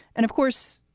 and of course,